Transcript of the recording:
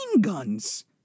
guns